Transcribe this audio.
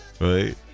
Right